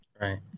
Right